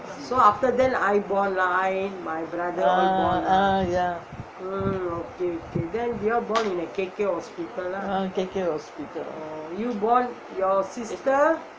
ah ya K_K hospital